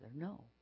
no